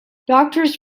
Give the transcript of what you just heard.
doctors